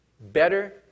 better